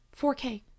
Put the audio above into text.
4k